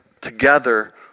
together